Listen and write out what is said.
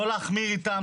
לא להחמיר איתם.